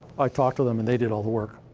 i talked to them and they did all the work.